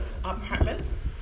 apartments